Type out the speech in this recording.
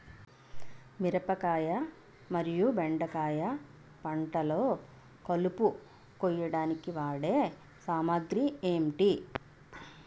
మిరపకాయ మరియు బెండకాయ పంటలో కలుపు కోయడానికి వాడే సామాగ్రి ఏమిటి?